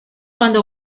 cuando